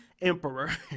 Emperor